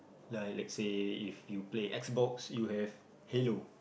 like let's say if you play Xbox you have Halo